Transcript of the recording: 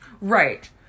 Right